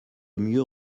mieux